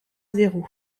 zéro